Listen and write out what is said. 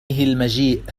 المجيء